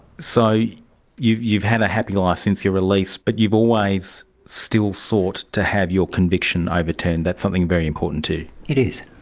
so you've you've had a happy life ah since your release but you've always still sought to have your conviction overturned, that's something very important to you. it is,